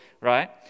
right